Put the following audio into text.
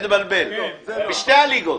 אתה מתבלבל בשתי הליגות.